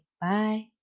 Bye